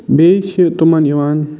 بیٚیہِ چھِ تِمَن یِوان